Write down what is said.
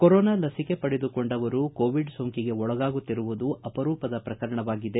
corona ಲಸಿಕೆ ಪಡೆದುಕೊಂಡವರು Covid ಸೋಂಕಿಗೆ ಒಳಗಾಗುತ್ತಿರುವುದು ಅಪರೂಪದ ಪ್ರಕರಣವಾಗಿದೆ